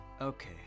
Okay